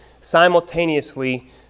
simultaneously